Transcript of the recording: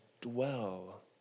dwell